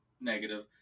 negative